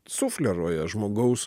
sufleruoja žmogaus